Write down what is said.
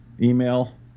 email